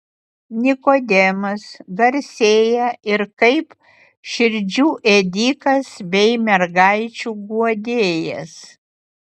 nikodemas garsėja ir kaip širdžių ėdikas bei mergaičių guodėjas